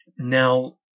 Now